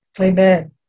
Amen